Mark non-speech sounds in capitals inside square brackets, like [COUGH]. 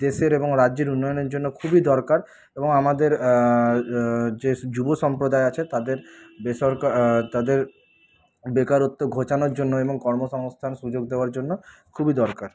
দেশের এবং রাজ্যের উন্নয়নে জন্য খুবই দরকার এবং আমাদের যে যুব সম্প্রদায় আছে তাদের [UNINTELLIGIBLE] তাদের বেকারত্ব ঘোচানোর জন্য এবং কর্মসংস্থান সুযোগ দেওয়ার জন্য খুবই দরকার